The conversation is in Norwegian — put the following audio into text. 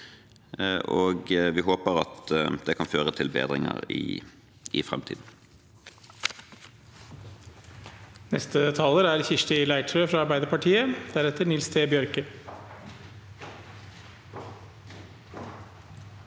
vi håper det kan føre til bedringer i framtiden.